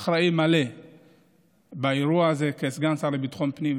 אחראי מלא באירוע הזה כסגן שר לביטחון פנים,